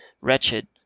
wretched